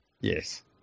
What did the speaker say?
Yes